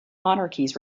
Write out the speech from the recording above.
monarchies